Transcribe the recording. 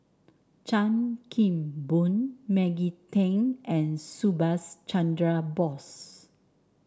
Chan Kim Boon Maggie Teng and Subhas Chandra Bose